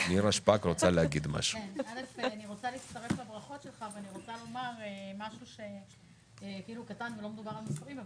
אני רוצה להצטרף לברכות שלך ואני רוצה לומר משהו קטן אבל לא פחות חשוב.